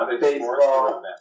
baseball